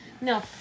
no